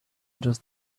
just